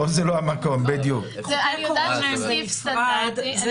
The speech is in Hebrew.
אני יודעת שזה סעיף סטנדרטי.